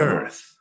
Earth